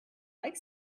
like